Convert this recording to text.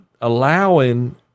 allowing